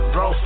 Bro